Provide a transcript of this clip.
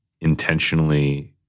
intentionally